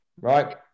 Right